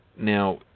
Now